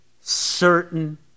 certain